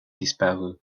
disparu